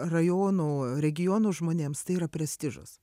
rajonų regionų žmonėms tai yra prestižas